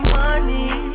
money